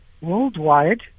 worldwide